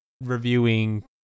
reviewing